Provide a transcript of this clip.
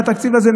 מהתקציב הזה,